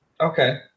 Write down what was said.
Okay